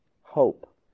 hope